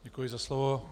Děkuji za slovo.